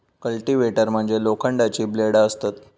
cultivator मध्ये लोखंडाची ब्लेडा असतत